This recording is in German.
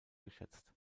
geschätzt